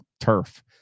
turf